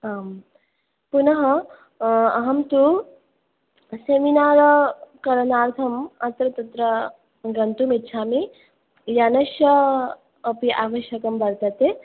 आं पुनः अहं तु सेमिनारकरणार्थम् अत्र तत्र गन्तुम् इच्छामि यानस्य अपि आवश्यकं वर्तते